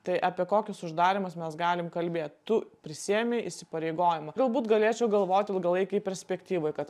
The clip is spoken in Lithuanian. tai apie kokius uždarymus mes galim kalbėt tu prisiėmi įsipareigojimą galbūt galėčiau galvoti ilgalaikėj perspektyvoj kad